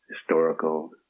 historical